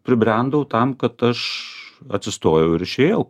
pribrendau tam kad aš atsistojau ir išėjau